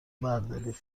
بردارید